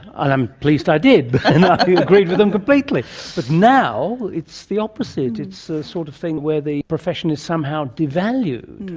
and i'm pleased i did, i agreed with them completely, but now it's the opposite, it's the sort of thing where the profession is somehow devalued,